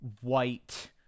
white